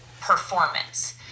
performance